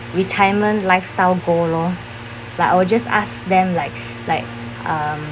retirement life style goal lor like I will just ask them like Like um